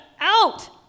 out